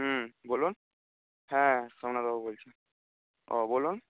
হুম বলুন হ্যাঁ সোমনাথ বাবু বলছি ওহ বলুন